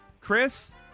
Chris